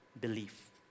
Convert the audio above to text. belief